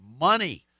money